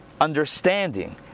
understanding